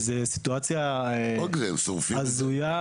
זו סיטואציה הזויה.